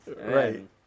Right